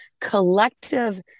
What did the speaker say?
collective